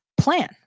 plan